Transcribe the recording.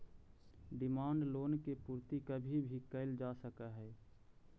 demand loan के पूर्ति कभी भी कैल जा सकऽ हई